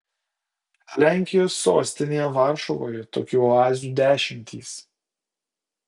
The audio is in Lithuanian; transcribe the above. lenkijos sostinėje varšuvoje tokių oazių dešimtys